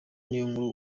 niyonkuru